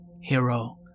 hero